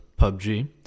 PUBG